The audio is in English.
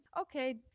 okay